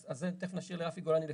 אז זה תכף נשאיר לרפי גולני לפרט.